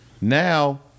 now